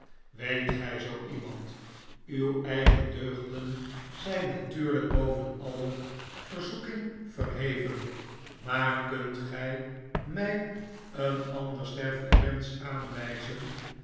weet gij zoo iemand uw eigen deugden zijn natuurlijk boven alle verzoeking verheven maar kunt gij mij een ander sterfelijk mensch aanwijzen